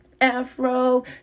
Afro